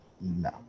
No